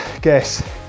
guess